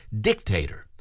dictator